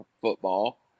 football